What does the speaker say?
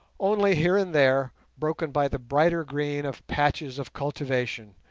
only here and there broken by the brighter green of patches of cultivation,